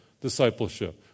discipleship